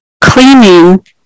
cleaning